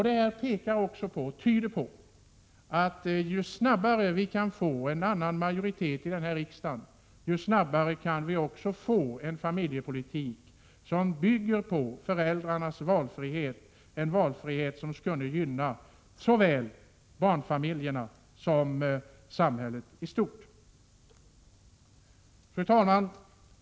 Det tyder på att ju snabbare vi kan få en annan majoritet i riksdagen, desto snabbare kan vi få en familjepolitik som bygger på föräldrarnas valfrihet, en valfrihet som skulle gynna såväl barnfamiljerna som samhället i stort. Fru talman!